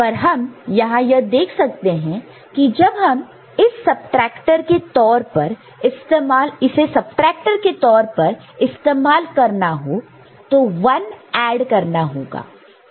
पर हम यहां यह देख सकते हैं कि जब हमें इसे सबट्रैक्टर के तौर पर इस्तेमाल करना है तो 1 ऐड करना होगा